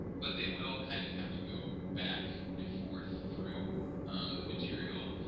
but they will kind of have to go back and forth through the material.